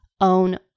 Own